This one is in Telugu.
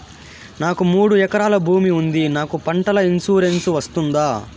నాకు మూడు ఎకరాలు భూమి ఉంది నాకు పంటల ఇన్సూరెన్సు వస్తుందా?